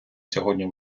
сьогодні